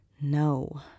No